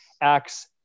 Acts